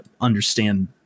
understand